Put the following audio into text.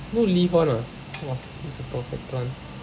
no leaf [one] ah !wah! this is a perfect plant